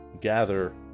gather